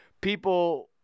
people